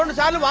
um satti um